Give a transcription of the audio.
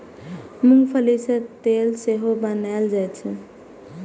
मूंंगफली सं तेल सेहो बनाएल जाइ छै